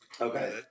Okay